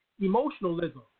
emotionalism